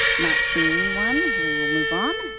not seeing one, we will move on.